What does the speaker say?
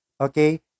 okay